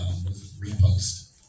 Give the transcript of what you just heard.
Repost